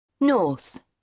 North